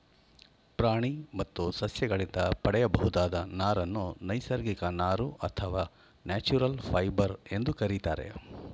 ಪ್ರಾಣಿ ಮತ್ತು ಸಸ್ಯಗಳಿಂದ ಪಡೆಯಬಹುದಾದ ನಾರನ್ನು ನೈಸರ್ಗಿಕ ನಾರು ಅಥವಾ ನ್ಯಾಚುರಲ್ ಫೈಬರ್ ಎಂದು ಕರಿತಾರೆ